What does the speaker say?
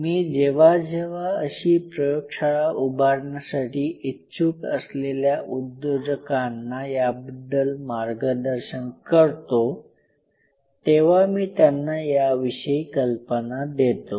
मी जेव्हा जेव्हा अशी प्रयोगशाळा उभारण्यासाठी इच्छुक असलेल्या उद्योजकांना याबद्दल मार्गदर्शन करतो तेव्हा मी त्यांना याविषयी कल्पना देतो